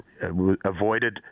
avoided